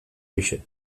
horixe